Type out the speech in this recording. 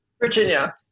Virginia